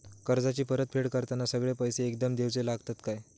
कर्जाची परत फेड करताना सगळे पैसे एकदम देवचे लागतत काय?